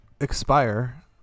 expire